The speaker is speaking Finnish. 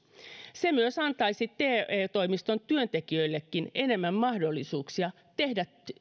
se myös antaisi te toimiston työntekijöillekin enemmän mahdollisuuksia tehdä